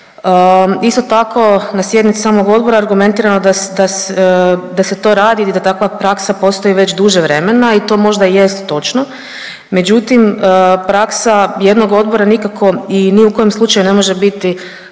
Isto tako na sjednici samog odbora argumentirano je da se to radi i da takva praksa postoji već duže vremena i to možda jest točno, međutim praksa jednog odbora nikako i u ni u kom slučaju ne može biti